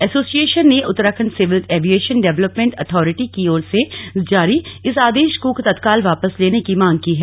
association ने Uttarakhand civil aviation development authority की ओर से जारी इस आदेश को तत्काल वापस लेने की मांग की है